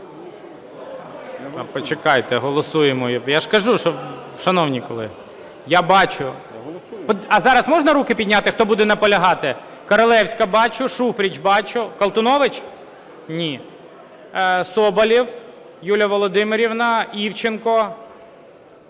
Почекайте, голосуємо. Я ж кажу, що... Шановні колеги, я бачу. А зараз можна руки підняти – хто буде наполягати? Королевська – бачу, Шуфрич – бачу. Колтунович? Ні. Соболєв, Юлія Володимирівна, Івченко.